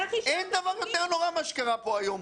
אין דבר יותר נורא ממה שקרה פה היום.